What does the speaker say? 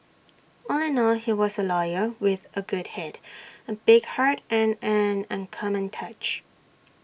all in all he was A lawyer with A good Head A big heart and an uncommon touch